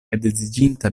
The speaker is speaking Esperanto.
edziĝinta